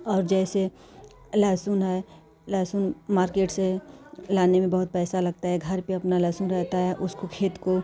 और जैसे लहसून लहसून मार्केट से लाने में बहुत पैसा लगता है घर पर अपना लहसून रहता है उसको खेत को